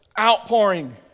outpouring